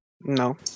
No